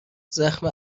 زخم